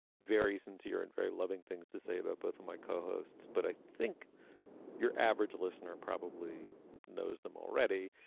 very sincere and very loving things to say about both of my co-hosts. but i think your average listener probably knows them already.